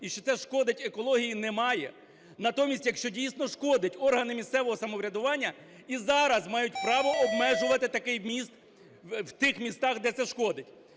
і що це шкодить екології, немає. Натомість, якщо дійсно шкодить, органи місцевого самоврядування і зараз мають право обмежувати такий в'їзд в тих містах, де це шкодить.